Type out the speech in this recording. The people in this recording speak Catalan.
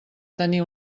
tenir